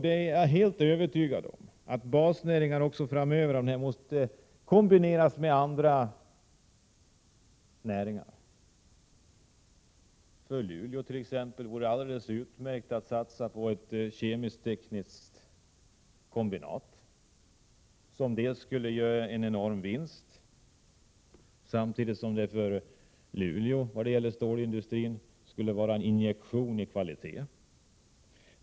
Jag är helt övertygad om att basnäringarna också framöver måste kombineras med andra näringar. För Luleå vore det t.ex. alldeles utmärkt att satsa på ett kemiskt-tekniskt kombinat, som skulle dels ge en enorm vinst, dels ge stålindustrin i Luleå en injektion av kvalitet.